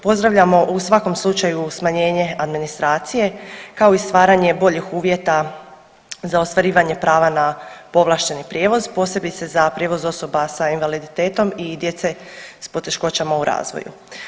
Pozdravljamo u svakom slučaju smanjenje administracije kao i stvaranje boljih uvjeta za ostvarivanje prava na povlašteni prijevoz, posebice za prijevoz osoba sa invaliditetom i djece s poteškoćama u razvoju.